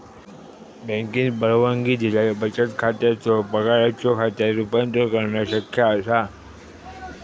बँकेन परवानगी दिल्यास बचत खात्याचो पगाराच्यो खात्यात रूपांतर करणा शक्य असा